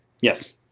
Yes